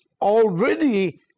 already